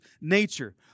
nature